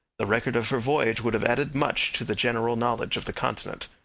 the record of her voyage would have added much to the general knowledge of the continent.